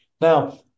Now